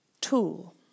tool